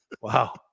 Wow